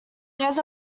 there’s